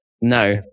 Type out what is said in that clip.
No